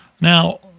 Now